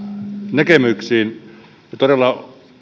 näkemyksiin ja todella